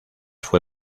fue